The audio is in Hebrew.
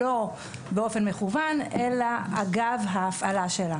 לא באופן מכוון אלא אגב ההפעלה שלה.